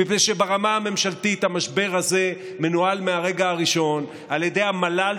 מפני שברמה הממשלתית המשבר הזה מנוהל מהרגע הראשון על ידי המל"ל,